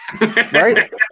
right